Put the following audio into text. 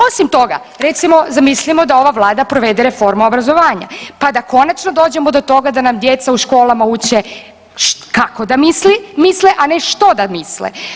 Osim toga recimo zamislimo da ova Vlada provede reformu obrazovanja, pa da konačno dođemo do toga da nam djeca u školama uče kako da misle, a ne da što da misle.